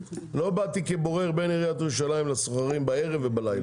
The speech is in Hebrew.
לא באתי כבורר בין עיריית ירושלים לסוחרים בערב ובלילה,